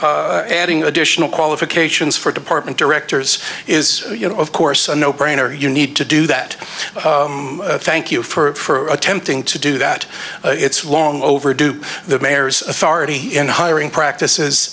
adding additional qualifications for department directors is you know of course a no brainer you need to do that thank you for attempting to do that it's a long overdue the mayor's authority in hiring practices